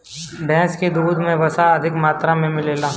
भैस के दूध में वसा अधिका मात्रा में मिलेला